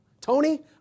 Tony